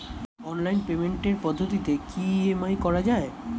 Online পেমেন্টের পদ্ধতিতে কি ই.এম.আই করা যায়?